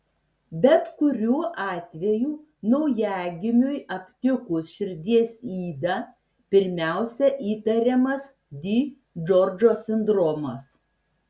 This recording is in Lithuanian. bet kuriuo atveju naujagimiui aptikus širdies ydą pirmiausia įtariamas di džordžo sindromas